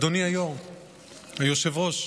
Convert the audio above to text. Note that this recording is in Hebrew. אדוני היושב-ראש,